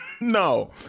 No